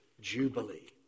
Jubilee